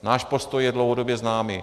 Náš postoj je dlouhodobě známý.